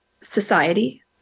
society